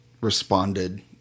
responded